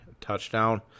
touchdown